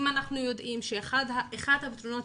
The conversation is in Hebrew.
אם אנחנו יודעים שאחד הפתרונות,